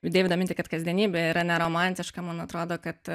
į deivido mintį kad kasdienybė yra neromantiška man atrodo kad